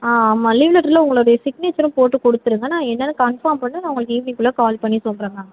ஆ ஆமாம் லீவ் லெட்ரில் உங்களோட சிக்னேச்சரும் போட்டு கொடுத்துடுங்க நான் என்னென்னு கன்ஃபார்ம் பண்ணிட்டு நான் உங்களுக்கு ஈவினிங்குள்ளே கால் பண்ணி சொல்கிறேன் மேம்